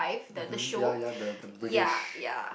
mmhmm ya ya the the British